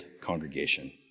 congregation